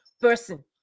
person